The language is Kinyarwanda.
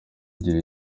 igira